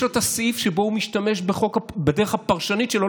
יש לו את הסעיף שבו הוא משתמש בחוק בדרך הפרשנית שלו,